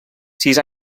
sis